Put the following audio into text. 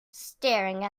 staring